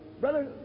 Brother